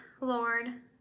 Lord